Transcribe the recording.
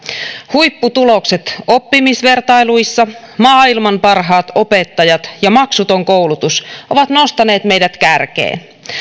huipputulokset oppimisvertailuissa maailman parhaat opettajat ja maksuton koulutus ovat nostaneet meidät kärkeen